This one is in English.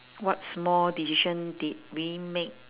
what small decision did we make